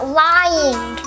lying